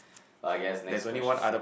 but I guess next question